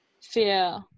fear